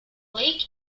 lake